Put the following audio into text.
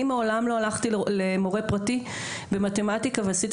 אני מעולם לא הלכתי למורה פרטי במתמטיקה ועשיתי